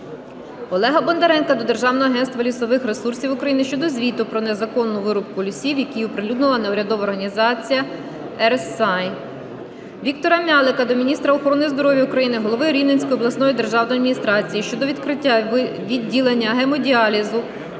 Олега Бондаренка До Державного агентства лісових ресурсів України щодо звіту про незаконну вирубку лісів, який оприлюднила неурядова організація Earthsigh. Віктора М'ялика до міністра охорони здоров'я України, голови Рівненської обласної державної адміністрації щодо відкриття відділення гемодіалізу